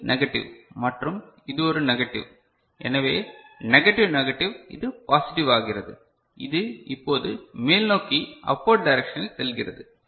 இது நெகட்டிவ் மற்றும் இது ஒரு நெகட்டிவ் எனவே நெகட்டிவ் நெகட்டிவ் இது பாசிடிவாகிறது இது இப்போது மேல் நோக்கிச் அப்வர்ட் டைரக்ஷனில் செல்கிறது